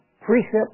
precept